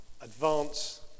advance